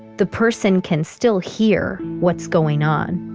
the person can still hear what's going on.